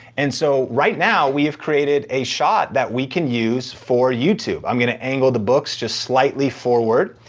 and so, right now, we have created a shot that we can use for youtube. i'm gonna angle the books just slightly forward.